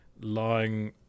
lying